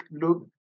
look